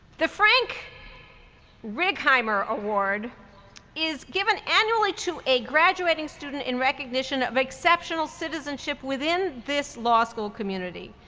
the frank righeimer award is given annually to a graduating student in recognition of exceptional citizenship within this law school community.